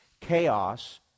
chaos